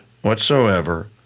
whatsoever